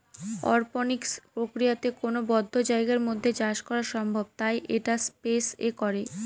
অরপনিক্স প্রক্রিয়াতে কোনো বদ্ধ জায়গার মধ্যে চাষ করা সম্ভব তাই এটা স্পেস এ করে